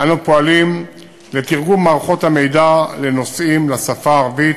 אנו פועלים לתרגום מערכות המידע לנוסעים לשפה הערבית